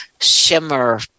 shimmer